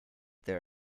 their